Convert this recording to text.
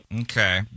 Okay